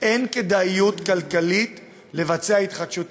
אין כדאיות כלכלית לבצע התחדשות עירונית.